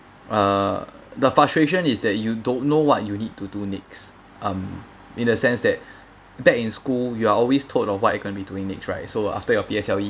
uh the frustration is that you don't know what you need to do next um in a sense that back in school you're always told on what you're gonna be doing next right so after your P_S_L_E